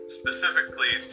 specifically